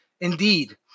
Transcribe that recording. Indeed